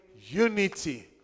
unity